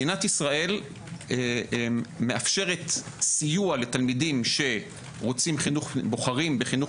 מדינת ישראל מאפשרת סיוע לתלמידים שבוחרים בחינוך